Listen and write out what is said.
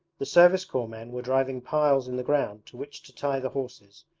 the service corps men were driving piles in the ground to which to tie the horses,